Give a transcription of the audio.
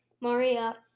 Maria